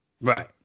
right